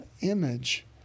image